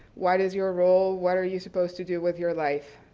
what is your role, what are you supposed to do with your life?